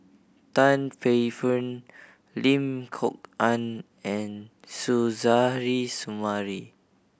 Tan Paey Fern Lim Kok Ann and Suzairhe Sumari